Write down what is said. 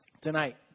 tonight